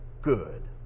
good